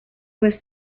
was